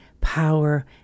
power